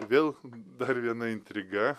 vėl dar viena intriga